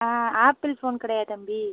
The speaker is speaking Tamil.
ஆ ஆப்பிள் ஃபோன் கடையா தம்பி